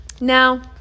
Now